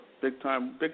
Big-time